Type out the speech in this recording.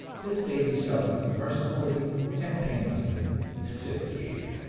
this baby shall be mercifully and painlessly asphyxiated.